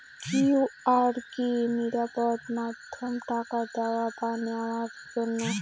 QR কি নিরাপদ মাধ্যম টাকা দেওয়া বা নেওয়ার জন্য?